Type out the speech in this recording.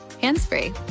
hands-free